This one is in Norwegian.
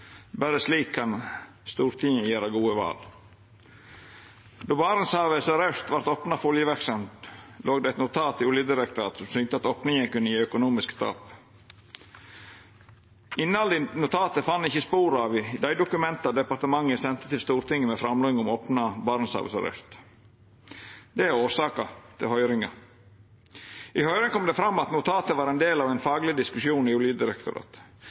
Berre slik kan Stortinget gjera gode val. Då Barentshavet søraust vart opna for oljeverksemd, låg det eit notat i Oljedirektoratet som synte at opninga kunne gje økonomiske tap. Innhaldet i notatet fann ein ikkje spor av i dei dokumenta departementet sende til Stortinget med framlegg om å opna Barentshavet søraust. Det er årsaka til høyringa. I høyringa kom det fram at notatet var ein del av ein fagleg diskusjon i Oljedirektoratet.